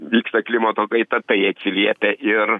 vyksta klimato kaita tai atsiliepia ir